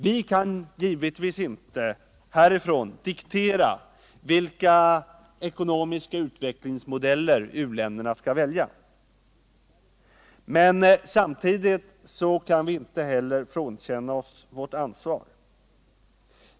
Vi kan givetvis inte härifrån diktera vilka ekonomiska utvecklingsmodeller u-länderna skall välja, men vi kan inte heller frånkänna oss vårt ansvar.